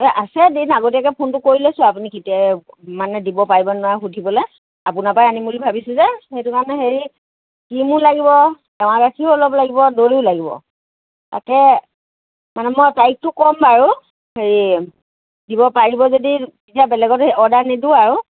এই আছে দিন আগতীয়াকৈ ফোনটো কৰি লৈছোঁ আপুনি কেতিয়া মানে দিব পাৰিব নোৱাৰে সুধিবলৈ আপোনাৰ পৰাই আনিম বুলি ভাবিছো যে সেইটো কাৰণে হেৰি ক্ৰীমো লাগিব এৱা গাখীৰো অলপ লাগিব দৈও লাগিব তাকে মানে মই তাৰিখটো ক'ম বাৰু হেৰি দিব পাৰিব যদি তেতিয়া বেলেগত সেই অৰ্ডাৰ নিদিওঁ আৰু